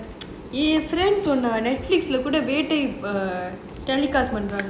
ஏன் சொன்னா:yaen sonna Netflix வேட்டை:vettai telecast பண்றாங்கன்னு:pandrangaannu